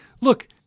look